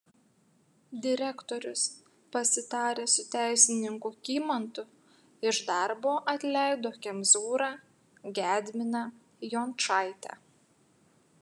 direktorius pasitaręs su teisininku kymantu iš darbo atleido kemzūrą gedminą jončaitę